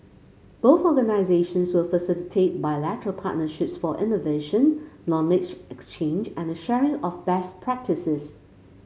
both organisations will facilitate bilateral partnerships for innovation knowledge exchange and the sharing of best practices